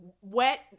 wet